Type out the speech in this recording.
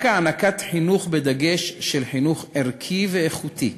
רק הענקת חינוך, בדגש של חינוך ערכי ואיכותי,